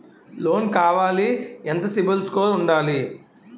Loan కావాలి ఎంత CIBIL score ఉండాలి?